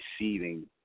receiving